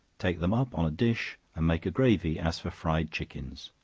take them up on a dish, and make a gravy as for fried chickens.